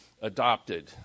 adopted